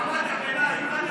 מעמד הביניים.